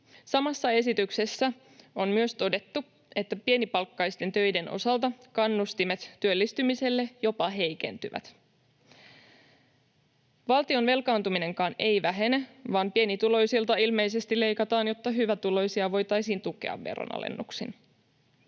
Samassa esityksessä on myös todettu, että pienipalkkaisten töiden osalta kannustimet työllistymiselle jopa heikentyvät. Valtion velkaantuminenkaan ei vähene, vaan pienituloisilta ilmeisesti leikataan, jotta hyvätuloisia voitaisiin tukea veronalennuksin.